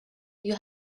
you